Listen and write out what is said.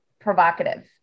provocative